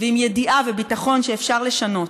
ועם ידיעה וביטחון שאפשר לשנות,